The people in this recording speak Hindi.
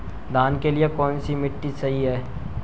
धान के लिए कौन सी मिट्टी सही है?